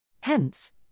Hence